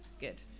Good